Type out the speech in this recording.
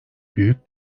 büyük